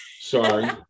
Sorry